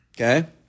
Okay